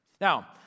Now